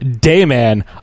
Dayman